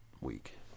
week